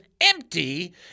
empty